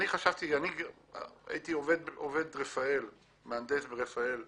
הייתי מהנדס ברפא"ל,